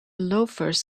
loafers